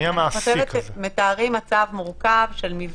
מי המעסיק הזה?